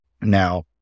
now